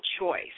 choice